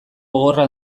gogorra